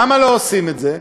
למה לא עושים את זה?